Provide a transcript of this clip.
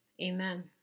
Amen